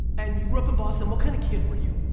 and you grew up in boston, what kind of kid were you?